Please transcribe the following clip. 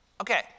Okay